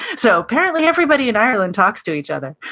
so, apparently everybody in ireland talks to each other.